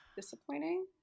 disappointing